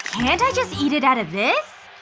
and just eat it outta this?